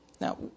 Now